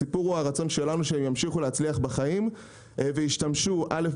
הסיפור הוא הרצון שלנו שהם ימשיכו להצליח בחיים וישתמשו א.